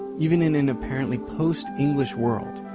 even in an apparently post-english world,